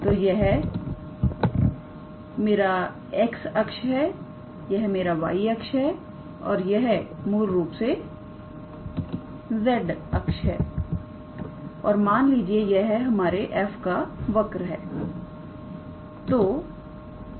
तो यह मेरी x अक्ष है यह मेरी y अक्ष है यह मूल है z अक्ष है और मान लीजिए यह हमारे f का वर्क है